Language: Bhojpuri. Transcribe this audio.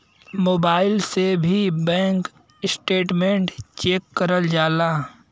मोबाईल से भी बैंक स्टेटमेंट चेक करल जाला